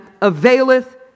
availeth